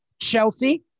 Chelsea